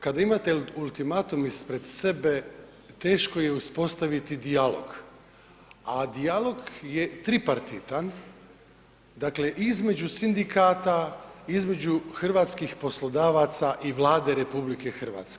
Kad imate ultimatum ispred sebe, teško je uspostaviti dijalog a dijalog je tripartitan dakle između sindikata, između hrvatskih poslodavaca i Vlade RH.